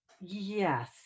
yes